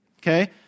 Okay